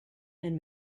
and